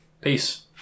peace